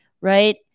right